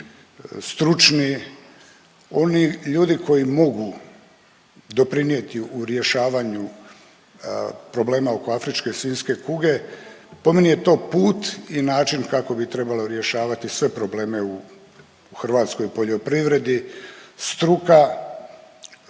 stručni, oni ljudi koji mogu doprinijeti u rješavanju problema oko afričke svinjske kuge, po meni je to put i način kako bi trebalo rješavati sve probleme u hrvatskoj poljoprivredi. Struka,